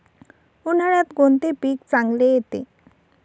उन्हाळ्यात कोणते पीक चांगले येते?